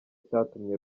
cyatumye